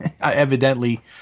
evidently